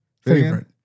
Favorite